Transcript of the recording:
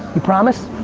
you promise?